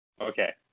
Okay